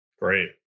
Great